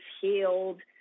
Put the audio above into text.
healed